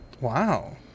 Wow